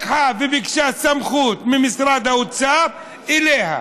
לקחה וביקשה סמכות ממשרד האוצר אליה.